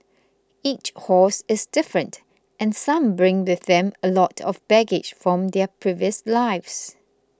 each horse is different and some bring with them a lot of baggage from their previous lives